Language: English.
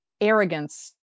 arrogance